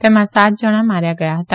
તેમાં સાત જણા માર્યા ગયા હતા